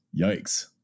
Yikes